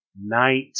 night